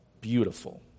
beautiful